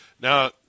now